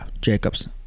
Jacobs